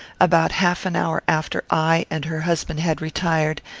about half an hour after i and her husband had retired,